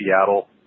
Seattle